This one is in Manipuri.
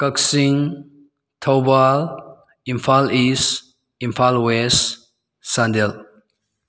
Kakching Thoubal Imphal East Imphal West Chandel